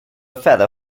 feather